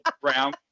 brown